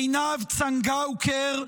מעינב צנגאוקר,